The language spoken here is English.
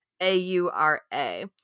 A-U-R-A